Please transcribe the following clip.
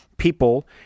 people